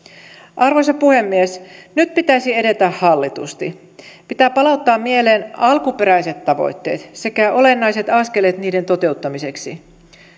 arvoisa puhemies nyt pitäisi edetä hallitusti pitää palauttaa mieleen alkuperäiset tavoitteet sekä olennaiset askeleet niiden toteuttamiseksi